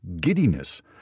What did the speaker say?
giddiness